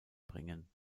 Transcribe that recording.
bringen